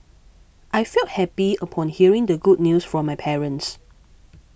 I felt happy upon hearing the good news from my parents